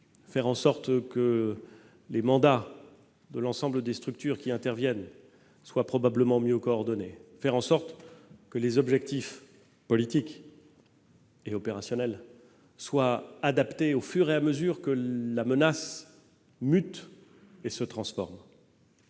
faire en sorte que les mandats de l'ensemble des structures qui interviennent soient probablement mieux coordonnés. Nous devons faire en sorte que les objectifs politiques et opérationnels soient adaptés au fur et à mesure que la menace mute et se transforme.